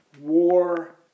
war